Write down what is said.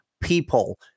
people